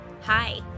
Hi